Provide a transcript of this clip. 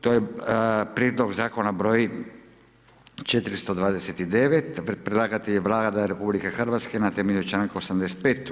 To je Prijedlog Zakona br. 429, predlagatelj je Vlada RH na temelju čl.85.